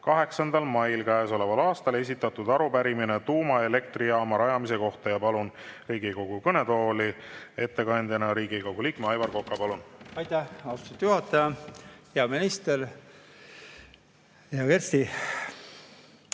8. mail käesoleval aastal esitatud arupärimine tuumaelektrijaama rajamise kohta. Palun Riigikogu kõnetooli ettekandjana Riigikogu liikme Aivar Koka. Palun! Aitäh, austatud juhataja! Hea minister! Hea Kersti!